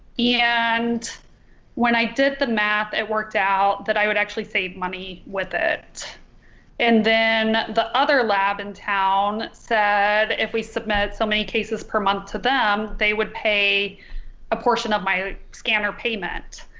and when i did the math it worked out that i would actually save money with it and then the other lab in town said if we submit so many cases per month to them they would pay a portion of my scanner payment.